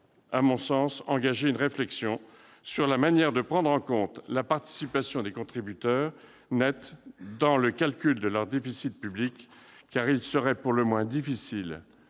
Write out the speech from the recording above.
à mon sens engager une réflexion sur la manière de prendre en compte la participation des contributeurs nets dans le calcul de leurs déficits publics. En effet, il serait pour le moins difficile